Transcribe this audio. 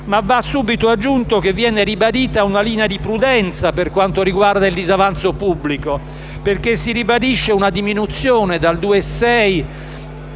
ma va subito aggiunto che viene ribadita una linea di prudenza per quanto riguarda il disavanzo pubblico. Infatti, si ribadisce una diminuzione dal 2,6